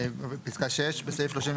אבל רגע, יש סעיף של בתי